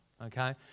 okay